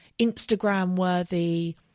Instagram-worthy